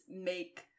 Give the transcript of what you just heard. make